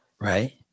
right